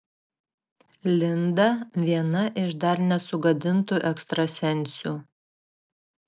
linda viena iš dar nesugadintų ekstrasensių